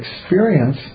experience